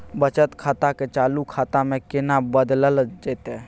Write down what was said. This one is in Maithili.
बचत खाता के चालू खाता में केना बदलल जेतै?